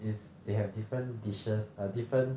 is they have different dishes err different